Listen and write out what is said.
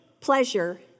pleasure